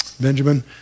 Benjamin